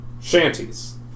Shanties